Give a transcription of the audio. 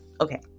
okay